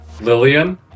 Lillian